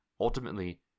ultimately